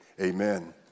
Amen